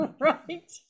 right